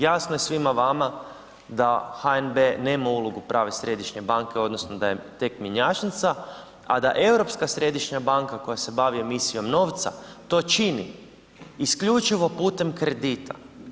Jasno je svima vama da HNB ne ulogu prave središnje banke odnosno da je tek mjenjačnica a da Europska središnja banka koja se bavi emisijom novca to čini isključivo putem kredita.